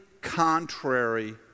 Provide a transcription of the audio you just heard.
contrary